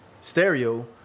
stereo